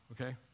okay